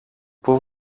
πού